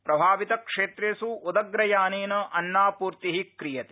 प्रभावित क्षेत्रेष् उदग्रयानेन अन्नापूर्ति क्रियते